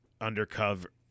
undercover